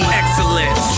excellence